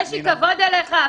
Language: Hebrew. יש לי כבוד אליך,